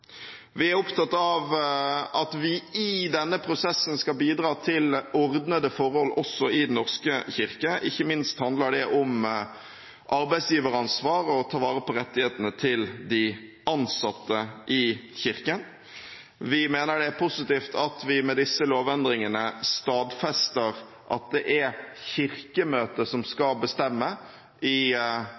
Vi er opptatt av at vi i denne prosessen skal bidra til ordnede forhold også i Den norske kirke, ikke minst handler det om arbeidsgiveransvar og å ta vare på rettighetene til de ansatte i Kirken. Vi mener det er positivt at vi med disse lovendringene stadfester at det er Kirkemøtet som skal bestemme i